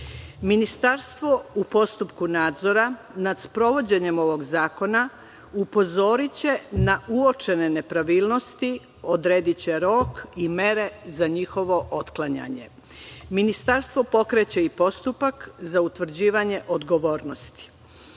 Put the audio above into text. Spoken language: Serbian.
evidenciju. Ministarstvo u postupku nadzora nad sprovođenjem ovog zakona upozoriće na uočene nepravilnosti, odrediće rok i mere za njihovo otklanjanje. Ministarstvo pokreće i postupak za utvrđivanje odgovornosti.